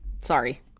Sorry